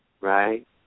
right